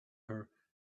her